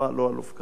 לא על "אופק חדש",